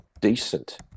decent